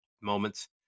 moments